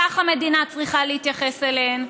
כך המדינה צריכה להתייחס אליהן,